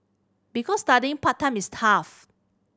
because studying part time is tough